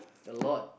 a lot